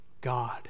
God